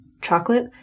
chocolate